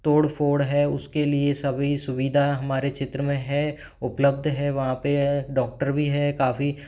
तोड़फ़ोड़ है उसके लिए सभी सुविधा हमारे क्षेत्र में है उपलब्ध है वहाँ पे है डॉक्टर भी है काफ़ी